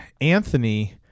Anthony –